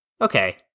okay